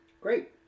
Great